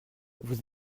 vous